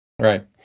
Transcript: right